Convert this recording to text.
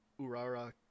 Urara